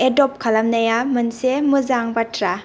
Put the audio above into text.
adopt खालामनाया मोनसे मोजां बाथ्रा